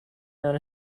known